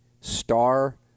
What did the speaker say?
star